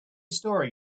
story